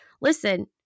listen